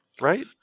right